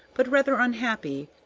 but rather unhappy,